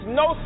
no